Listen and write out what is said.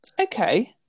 okay